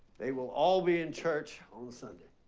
they will all be in church on sunday.